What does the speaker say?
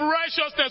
righteousness